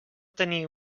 tenir